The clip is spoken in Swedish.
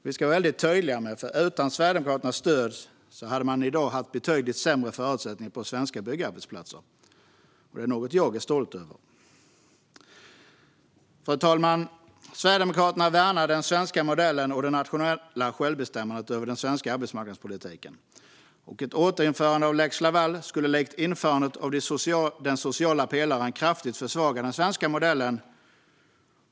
Vi ska vara väldigt tydliga med att utan Sverigedemokraternas stöd hade man i dag haft betydligt sämre förutsättningar på svenska byggarbetsplatser. Det är något som jag är stolt över. Fru talman! Sverigedemokraterna värnar den svenska modellen och det nationella självbestämmandet över den svenska arbetsmarknadspolitiken. Ett återinförande av lex Laval skulle likt införandet av den sociala pelaren kraftigt försvaga den svenska modellen.